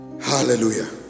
Hallelujah